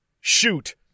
Shoot